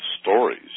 stories